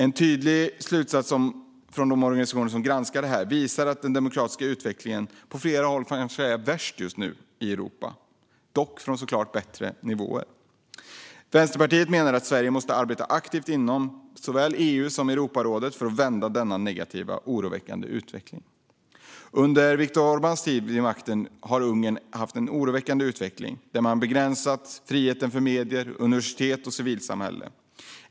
En tydlig slutsats från de organisationer som granskar detta är att utvecklingen när det gäller demokratin på flera håll kanske just nu är värst i Europa - dock såklart från bättre nivåer. Vänsterpartiet menar att Sverige måste arbeta aktivt inom såväl EU som Europarådet för att vända denna negativa och oroväckande utveckling. Under Viktor Orbáns tid vid makten har Ungern haft en oroande utveckling och begränsat friheten för medier, universitet och civilsamhälle.